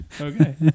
Okay